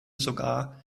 sogar